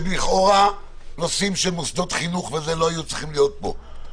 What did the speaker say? שלכאורה נושאים של מוסדות חינוך לא היו צריכים להיות פה.